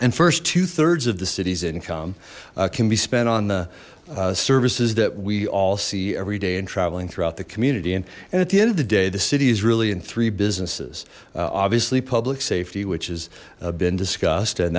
and first two thirds of the city's income can be spent on the services that we all see every day and traveling throughout the community and and at the end of the day the city is really in three businesses obviously public safety which has been discussed and